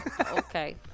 Okay